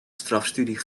strafstudie